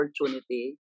opportunity